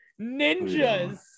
Ninjas